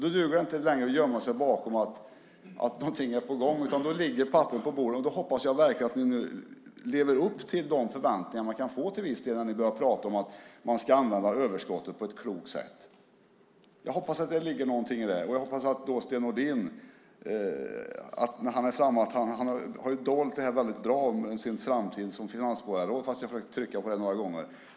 Då duger det inte längre att gömma sig bakom att något är på gång. Då ligger papperen på bordet. Då hoppas jag verkligen att ni lever upp till de förväntningar man till viss del kan få när ni börjar prata om att ni ska använda överskottet på ett klokt sätt. Jag hoppas att det ligger något i det. Sten Nordin har dolt det väldigt bra när det gäller hans framtid som finansborgarråd fast jag har försökt trycka på det några gånger.